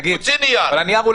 נייר?